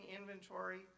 inventory